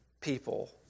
people